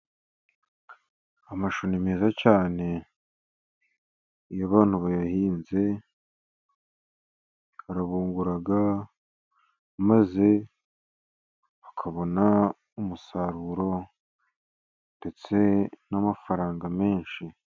Amashu ni meza cyane, iyo abantu bayahinze arabungura maze bakabona umusaruro, ndetse n'amafaranga menshi.